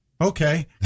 okay